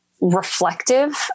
reflective